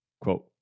quote